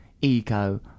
ego